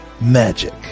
Magic